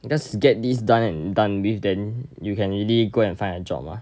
you just get this done and done with then you can really go and find a job lah